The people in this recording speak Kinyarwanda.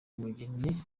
mugeni